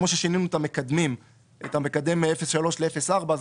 כפי ששינינו את המקדם מ-0.3 ל-0.4.